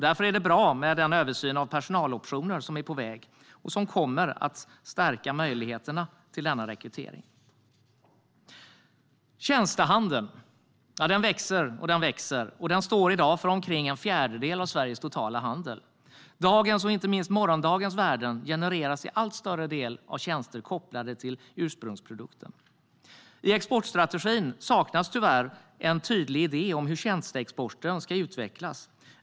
Därför är det bra med den översyn av personaloptioner som är på väg och som kommer att stärka möjligheterna till denna rekrytering. Tjänstehandeln växer och står i dag för omkring en fjärdedel av Sveriges totala handel. Dagens och inte minst morgondagens värden genereras till allt större del av tjänster kopplade till ursprungsprodukten. I exportstrategin saknas tyvärr en tydlig idé om hur tjänsteexporten ska utvecklas.